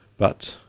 but,